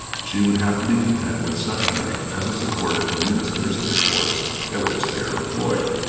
she would have to be content with such rank as is accorded to ministers at the courts at which they are employed.